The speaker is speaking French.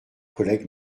collègues